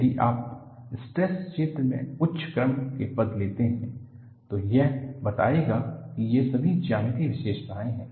यदि आप स्ट्रेस क्षेत्र में उच्च क्रम के पद लेते हैं जो यह बताएगा कि ये सभी ज्यामितीय विशेषताएं हैं